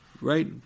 right